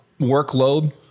workload